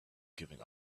giving